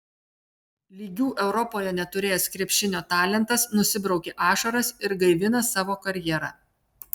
lygių europoje neturėjęs krepšinio talentas nusibraukė ašaras ir gaivina savo karjerą